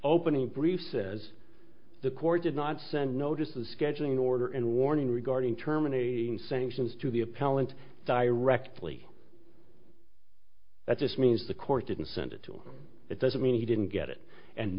opening brief says the court did not send a notice of scheduling an order and warning regarding terminating sanctions to the appellant directly that just means the court didn't send it to him it doesn't mean he didn't get it and